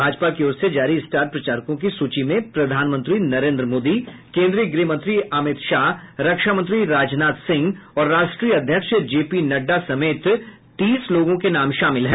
भाजपा की ओर से जारी स्टार प्रचारकों की सूची में प्रधानमंत्री नरेन्द्र मोदी केन्द्रीय गृह मंत्री अमित शाह रक्षा मंत्री राजनाथ सिंह और राष्ट्रीय अध्यक्ष जेपी नड्डा समेत तीस लोगों के नाम शामिल हैं